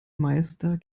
meister